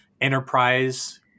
enterprise